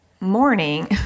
morning